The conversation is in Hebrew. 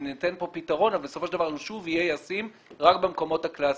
ניתן פה פתרון אבל בסופו של דבר הוא שוב יהיה ישים רק במקומות הקלאסיים,